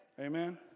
Amen